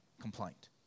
complaint